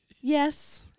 Yes